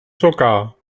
sogar